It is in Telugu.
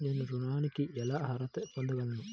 నేను ఋణానికి ఎలా అర్హత పొందగలను?